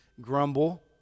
grumble